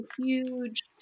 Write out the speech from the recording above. huge